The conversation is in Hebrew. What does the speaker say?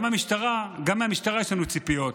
גם מהמשטרה יש לנו ציפיות.